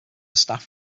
staff